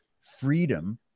freedom